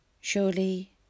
Surely